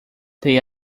they